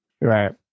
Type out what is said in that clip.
Right